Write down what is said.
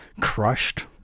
crushed